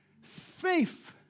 faith